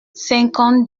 cinquante